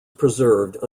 preserved